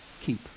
keep